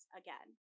again